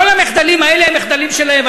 כל המחדלים האלה הם מחדלים שלהם.